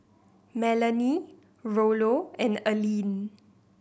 Melonie Rollo and Alleen